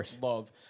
love